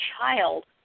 child